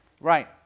Right